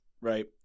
right